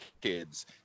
kids